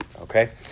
okay